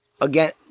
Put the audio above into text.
again